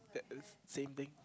that is same thing